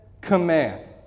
command